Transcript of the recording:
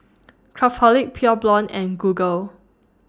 Craftholic Pure Blonde and Google